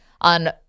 on